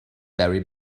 barry